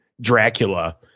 Dracula